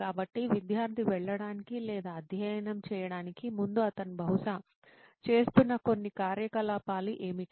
కాబట్టి విద్యార్థి వెళ్ళడానికి లేదా అధ్యయనం చేయడానికి ముందు అతను బహుశా చేస్తున్న కొన్ని కార్యకలాపాలు ఏమిటి